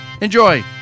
Enjoy